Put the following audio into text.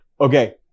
Okay